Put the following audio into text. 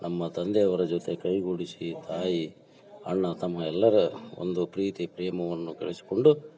ನಮ್ಮ ತಂದೆಯವರ ಜೊತೆ ಕೈಗೂಡಿಸಿ ತಾಯಿ ಅಣ್ಣ ತಮ್ಮ ಎಲ್ಲರ ಒಂದು ಪ್ರೀತಿ ಪ್ರೇಮವನ್ನು ಗಳಿಸಿಕೊಂಡು